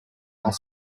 while